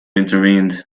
intervened